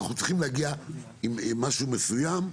אנחנו צריכים להגיע עם משהו מסוים,